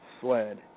sled